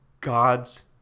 God's